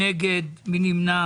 לא, אני לא מתבייש.